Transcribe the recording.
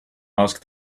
asked